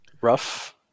Rough